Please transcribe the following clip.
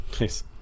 Nice